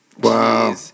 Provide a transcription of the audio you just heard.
Wow